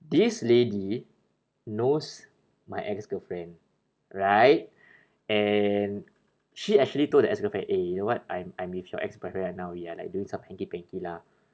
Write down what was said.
this lady knows my ex girlfriend right and she actually told the ex girlfriend eh you know what I'm I'm with your ex boyfriend right now we are like doing some hanky panky lah